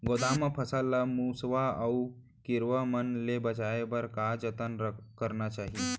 गोदाम मा फसल ला मुसवा अऊ कीरवा मन ले बचाये बर का जतन करना चाही?